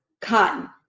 cotton